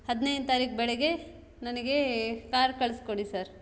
ಹದಿನೈದನೇ ತಾರೀಕು ಬೆಳಗ್ಗೆ ನನಗೇ ಕಾರ್ ಕಳಿಸ್ಕೊಡಿ ಸರ್